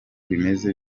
bimeze